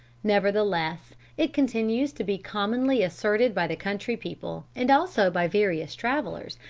nevertheless, it continues to be commonly asserted by the country people, and also by various travellers,